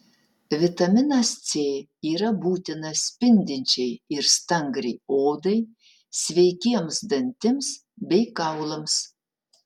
vitaminas c yra būtinas spindinčiai ir stangriai odai sveikiems dantims bei kaulams